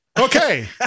Okay